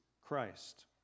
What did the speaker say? Christ